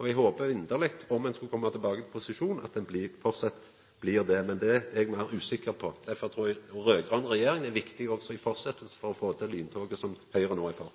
og eg håpar inderleg at dei, om dei skulle koma tilbake i posisjon, framleis vil vera det. Men det er eg meir usikker på. Derfor trur eg ei raud-grøn regjering er viktig òg i fortsetjinga for å få til lyntoget, som Høgre no er for.